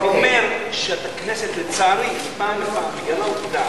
אני אומר שבכנסת, לצערי, פעם אחת,